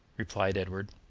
replied edward.